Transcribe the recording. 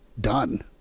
done